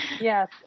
yes